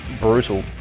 brutal